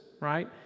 right